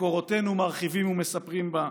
מקורותינו מרחיבים ומספרים בה.